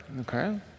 okay